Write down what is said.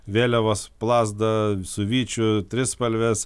vėliavos plazda su vyčiu trispalvės